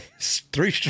three